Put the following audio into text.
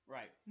Right